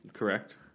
Correct